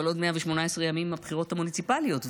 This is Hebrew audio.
אבל עוד 118 ימים הבחירות המוניציפליות,